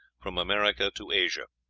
from america to asia.